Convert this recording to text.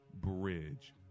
bridge